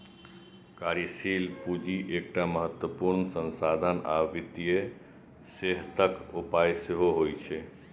कार्यशील पूंजी एकटा महत्वपूर्ण संसाधन आ वित्तीय सेहतक उपाय सेहो होइ छै